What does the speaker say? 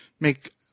make